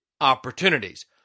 opportunities